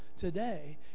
today